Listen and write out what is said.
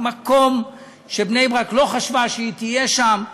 זה מקום שבני-ברק לא חשבה שהיא תהיה בו שם,